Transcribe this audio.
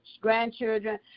grandchildren